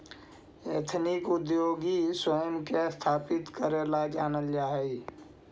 ethnic उद्योगी स्वयं के स्थापित करेला जानऽ हई